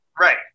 Right